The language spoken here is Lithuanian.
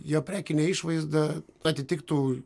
jo prekinė išvaizda atitiktų